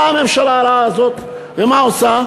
באה הממשלה הרעה הזאת ומה עושה?